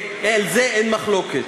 על זה אין מחלוקת.